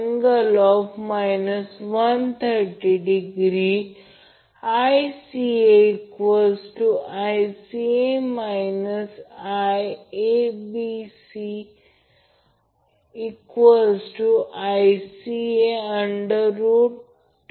तर त्याचप्रमाणे येथे देखील VL √ 3 अँगल 30°Zy Z किंवा Zy लिहा याचा अर्थ त्याचप्रमाणे Ib Ia अँगल 120° हे मी येथे भरतो VL √ 3 अँगल 150° Z y हे मिळाले